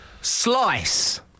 Slice